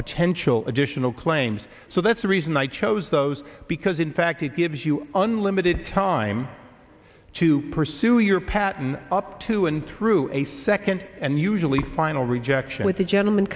potential additional claims so that's the reason i chose those because in fact it gives you unlimited time to pursue your pattern up to and through a second and usually final rejection with a gentlem